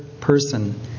person